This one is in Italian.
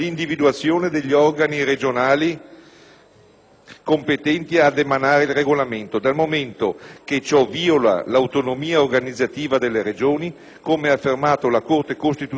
competenti ad emanare il regolamento, dal momento che ciò viola l'autonomia organizzativa delle Regioni, come ha affermato la Corte costituzionale in una giurisprudenza ormai consolidata.